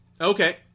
Okay